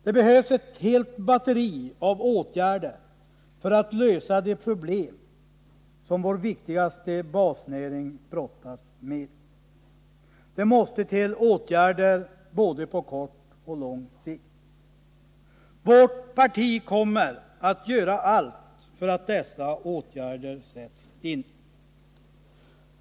Det behövs ett helt batteri av åtgärder för att lösa de problem som vår viktigaste basnäring brottas med. Det måste till åtgärder på både kort och lång sikt. Vårt parti kommer att göra allt för att dessa åtgärder skall sättas in.